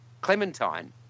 Clementine